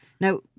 Now